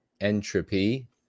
entropy